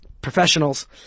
professionals